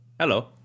Hello